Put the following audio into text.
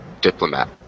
diplomat